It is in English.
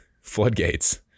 floodgates